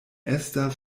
estas